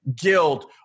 guilt